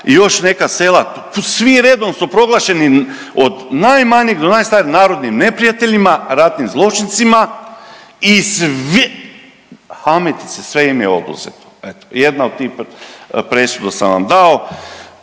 i još neka sela, svi redom su proglašeni od najmanjeg do najstarijeg narodnim neprijateljima, ratnim zločincima i …/Govornik se ne razumije./… hametice sve im je oduzeto eto, jedna od tih presuda sam vam dao.